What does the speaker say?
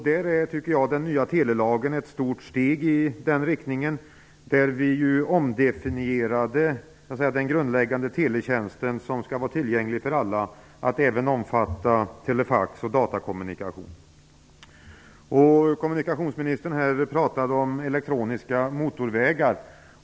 Där är den nya telelagen ett stort steg i den riktningen, där vi ju omdefinierade den grundläggande teletjänst som skall vara tillgänglig för alla till att omfatta även telefax och datakommunikation. Kommunikationsministern talade här om elektroniska motorvägar.